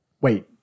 wait